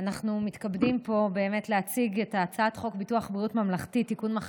אנחנו מתכבדים פה להציג את הצעת חוק ביטוח בריאות ממלכתי (תיקון,